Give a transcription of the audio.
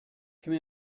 come